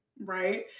right